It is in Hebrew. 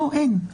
לא, אין.